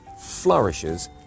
flourishes